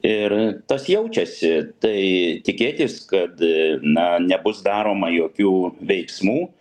ir tas jaučiasi tai tikėtis kad na nebus daroma jokių veiksmų